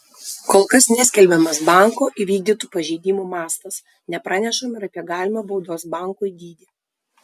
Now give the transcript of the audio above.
kol kas neskelbiamas banko įvykdytų pažeidimų mastas nepranešama ir apie galimą baudos bankui dydį